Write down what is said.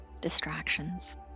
distractions